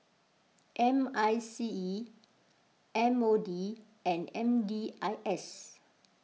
M I C E M O D and M D I S